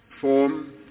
form